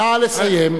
נא לסיים.